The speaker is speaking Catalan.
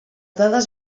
dades